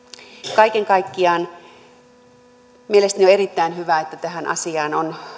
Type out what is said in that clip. kaiken kaikkiaan on mielestäni erittäin hyvä että tähän asiaan on